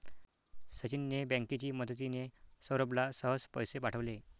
सचिनने बँकेची मदतिने, सौरभला सहज पैसे पाठवले